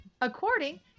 According